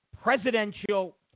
presidential